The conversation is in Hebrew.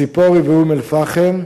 בציפורי ובאום-אל-פחם,